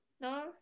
No